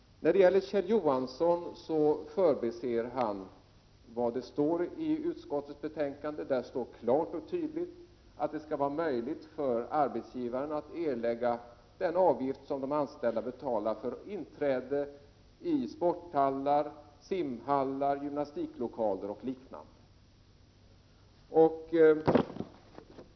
Kjell Johansson förbiser att det i utskottets betänkande står klart och tydligt att det skall vara möjligt för arbetsgivaren att erlägga den avgift som de anställda betalar för inträde i sporthallar, simhallar, gymnastiklokaler och liknande.